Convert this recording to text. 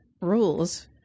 rules